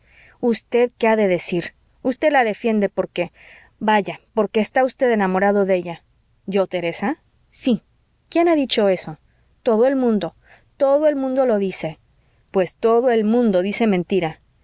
usted qué ha de decir usted la defiende porque vaya porque está usted enamorado de ella yo teresa sí quién ha dicho eso todo el mundo todo el mundo lo dice pues todo el mundo dice mentira